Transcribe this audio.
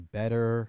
better